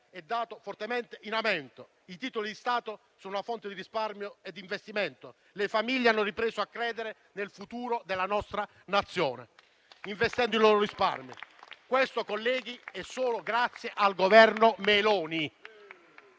è fortemente in aumento; i titoli di Stato sono una fonte di risparmio e di investimento; le famiglie hanno ripreso a credere nel futuro della nostra Nazione, investendo i loro risparmi. Questo, colleghi, avviene solo grazie al Governo Meloni.